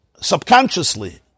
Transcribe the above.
Subconsciously